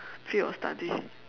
field of study